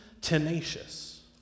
tenacious